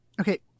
Okay